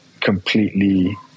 completely